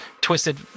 twisted